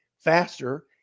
faster